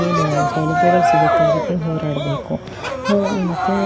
ಏನು ಸೌಲಭ್ಯಗಳು ಸಿಗುತ್ತೆ ಅದಕ್ಕೆ ಹೋರಾಡಬೇಕು ಮತ್ತು